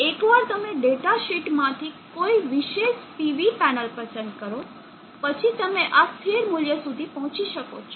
એકવાર તમે ડેટા શીટમાંથી કોઈ વિશેષ PV પેનલ પસંદ કરો પછી તમે આ સ્થિર મૂલ્ય સુધી પહોંચી શકો છો